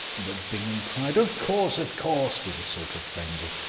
but bingham cried of course, of course, with a sort of frenzy.